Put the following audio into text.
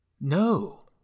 No